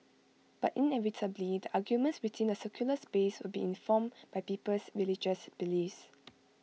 but inevitably the arguments within the secular space will be informed by people's religious beliefs